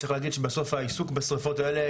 צריך להגיד שבסוף העיסוק בשריפות האלה